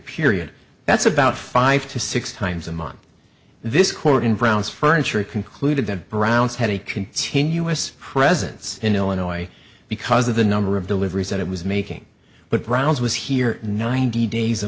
period that's about five to six times a month this court in brown's furniture concluded that brown's had a continuous presence in illinois because of the number of deliveries that it was making but brown's was here ninety days a